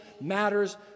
matters